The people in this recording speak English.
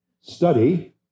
Study